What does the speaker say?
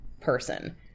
person